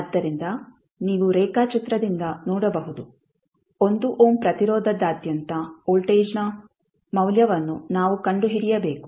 ಆದ್ದರಿಂದ ನೀವು ರೇಖಾಚಿತ್ರದಿಂದ ನೋಡಬಹುದು 1 ಓಮ್ ಪ್ರತಿರೋಧದಾದ್ಯಂತ ವೋಲ್ಟೇಜ್ನ ಮೌಲ್ಯವನ್ನು ನಾವು ಕಂಡುಹಿಡಿಯಬೇಕು